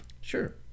Sure